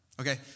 Okay